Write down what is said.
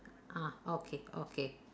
ah okay okay